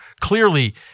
clearly